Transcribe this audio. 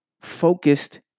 focused